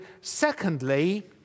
Secondly